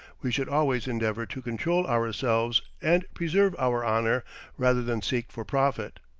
we should always endeavour to control ourselves and preserve our honour rather than seek for profit.